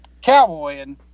cowboying